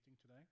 today